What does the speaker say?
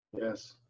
Yes